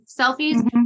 selfies